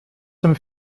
dem